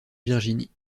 virginie